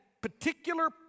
particular